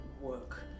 work